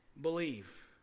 believe